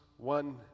One